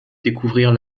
découvrir